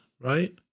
right